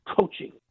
coaching